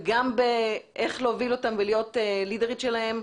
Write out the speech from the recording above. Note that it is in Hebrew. וגם באיך להוביל אותם ולהיות "לידרית" שלהם.